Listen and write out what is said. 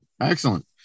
excellent